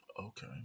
okay